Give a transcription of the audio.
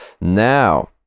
Now